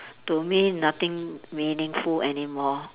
to me nothing meaningful anymore